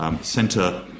Centre